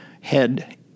head